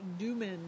Duman